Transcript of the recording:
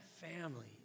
family